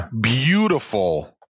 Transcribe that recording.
beautiful